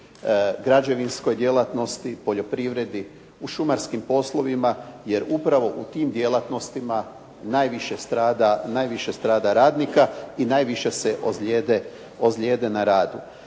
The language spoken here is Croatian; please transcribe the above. građevinskoj djelatnosti, poljoprivredi, u šumarskim poslovima jer upravo u tim djelatnostima najviše strada radnika i najviše se ozlijede na radu.